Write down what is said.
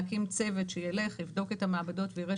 להקים צוות שילך ויבדוק את המעבדות ויראה